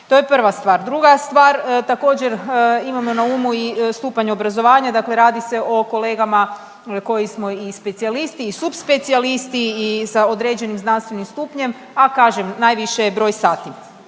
To je prva stvar. Druga stvar također imamo na umu i stupanj obrazovanja, dakle radi se o kolegama koji smo i specijalisti i subspecijalisti i sa određenim znanstvenim stupnjem a kažem najviše je broj sati.